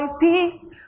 peace